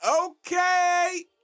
Okay